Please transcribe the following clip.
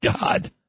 God